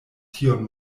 tion